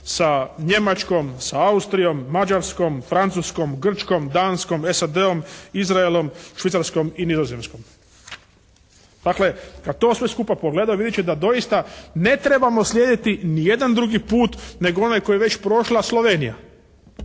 sa Njemačkom, sa Austrijom, Mađarskom, Francuskom, Grčkom, Danskom, SAD-om, Izraelom, Švicarskom i Nizozemskom. Dakle kada to sve skupa pogleda, vidjet će da doista ne trebamo slijediti ni jedan drugi put nego onaj koji je već prošla Slovenija